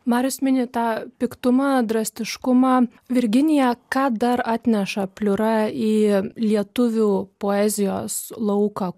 marius mini tą piktumą drastiškumą virginija ką dar atneša pliura į lietuvių poezijos lauką